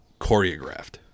choreographed